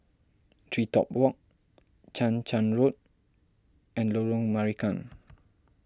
TreeTop Walk Chang Charn Road and Lorong Marican